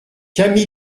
cami